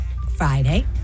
Friday